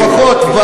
לפחות,